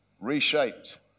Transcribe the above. reshaped